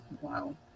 wow